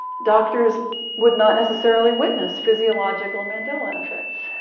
doctors would not necessarily witness physiological mandela effects.